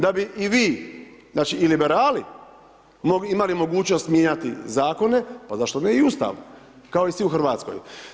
Da bi i vi, znači i liberali imali mogućnost mijenjati zakone, pa zašto ne i Ustav kao i svi u Hrvatskoj.